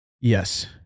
Yes